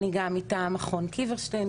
אני גם מטעם מכון קיברשטיין,